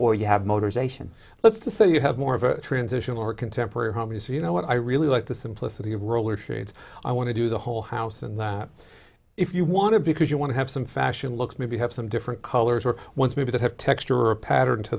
or you have motors ation let's say i have more of a transitional or contemporary home as you know what i really like the simplicity of roller shades i want to do the whole house in that if you want to because you want to have some fashion look maybe have some different colors or once maybe that have texture or pattern to